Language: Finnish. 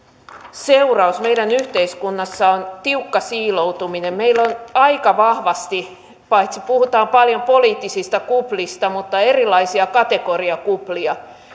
seuraus meidän yhteiskunnassamme on tiukka siiloutuminen meillä aika vahvasti paitsi että puhutaan paljon poliittisista kuplista on erilaisia kategoriakuplia